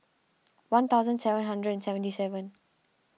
one thousand seven hundred and seventy seven